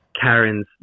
Karen's